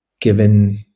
given